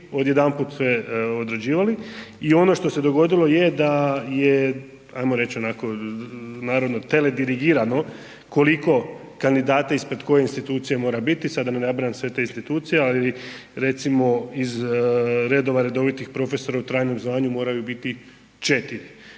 odjedanput sve odrađivali i ono što se dogodilo je da je ajmo reć onako narodno teledirigirano koliko kandidata ispred koje institucije mora biti, sada da ne nabrajam sve te institucije, ali recimo iz redova redovitih profesora u trajnom zvanju moraju biti 4,